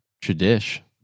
Tradition